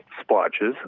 splotches